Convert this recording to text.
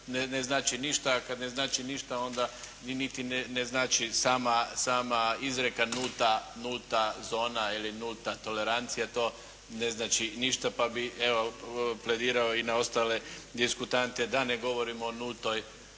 ne znači ništa, a kad ne znači ništa onda niti ne znači sama izrijeka nulta zona ili nulta tolerancija, to ne znači ništa, pa bih evo pledirao i na ostale diskutante da ne govorimo o nultoj toleranciji,